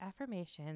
affirmations